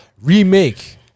Remake